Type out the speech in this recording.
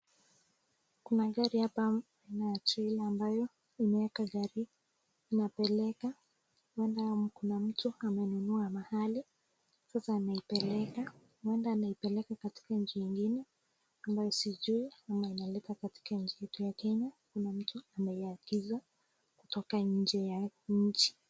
Kuna gari hapa imeachiliwa ambayo imeekwa gari inapekwa labda kuna mtu amenunua mahali sasa ameipeleka, huenda anaipeleka katika nchi ingine ambayo siijui ama inaletwa katika nchi yetu ya Kenya kuna mtu imeagizwa kutoka nje ya nchi.